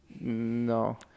No